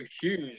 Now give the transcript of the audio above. huge